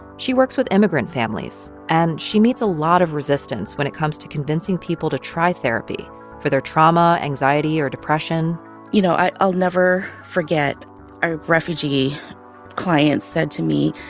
she works with immigrant families, and she meets a lot of resistance when it comes to convincing people to try therapy for their trauma, anxiety or depression you know, i'll never forget a refugee client said to me,